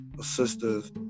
sisters